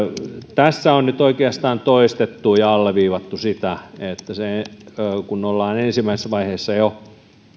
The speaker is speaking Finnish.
tässä on nyt oikeastaan toistettu ja alleviivattu sitä että kun ollaan ensimmäisessä vaiheessa jo